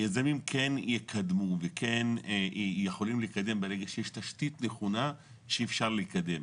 היזמים כן יקדמו וכן יכולים לקדם ברגע שיש תשתית נכונה שאפשר לקדם.